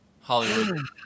Hollywood